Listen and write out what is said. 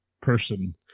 person